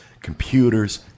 computers